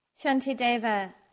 Shantideva